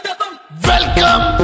welcome